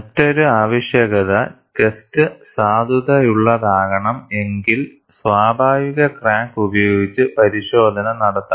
മറ്റൊരു ആവശ്യകത ടെസ്റ്റ് സാധുതയുള്ളതാകണം എങ്കിൽ സ്വാഭാവിക ക്രാക്ക് ഉപയോഗിച്ച് പരിശോധന നടത്തണം